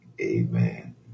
Amen